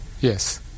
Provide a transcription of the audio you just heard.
Yes